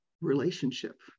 relationship